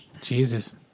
Jesus